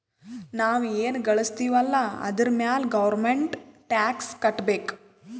ನಾವ್ ಎನ್ ಘಳುಸ್ತಿವ್ ಅಲ್ಲ ಅದುರ್ ಮ್ಯಾಲ ಗೌರ್ಮೆಂಟ್ಗ ಟ್ಯಾಕ್ಸ್ ಕಟ್ಟಬೇಕ್